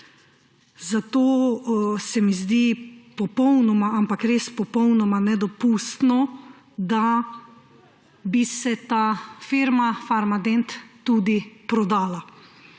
Zato se mi zdi popolnoma, ampak res popolnoma nedopustno, da bi se ta firma Farmadent tudi prodala.